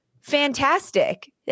fantastic